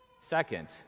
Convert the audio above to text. Second